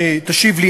שתשיב לי,